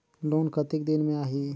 Loan कतेक दिन मे आही?